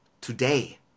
today